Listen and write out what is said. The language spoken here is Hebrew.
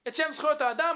את שם זכויות האדם.